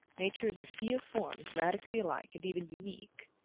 nature is a sea of forms radically alike and even unique.